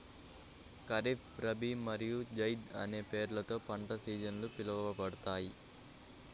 ఖరీఫ్, రబీ మరియు జైద్ అనే పేర్లతో పంట సీజన్లు పిలవబడతాయి